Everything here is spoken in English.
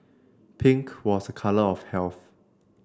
pink was a colour of health